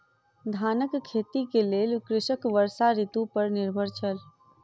धानक खेती के लेल कृषक वर्षा ऋतू पर निर्भर छल